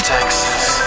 Texas